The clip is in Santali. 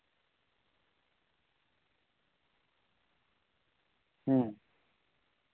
ᱦᱩᱸ